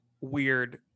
weird